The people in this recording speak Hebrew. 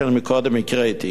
שקודם הקראתי.